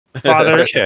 Father